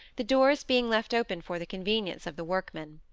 the doors being left open for the convenience of the workmen.